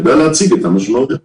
נדע להציג את המשמעויות.